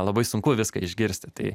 labai sunku viską išgirsti tai